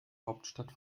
hauptstadt